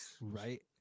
right